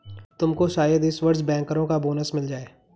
तुमको शायद इस वर्ष बैंकरों का बोनस मिल जाए